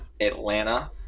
Atlanta